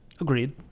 agreed